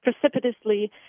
precipitously